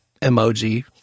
emoji